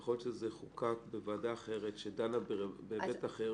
יכול להיות שזה חוקק בוועדה אחרת שדנה בהיבט אחר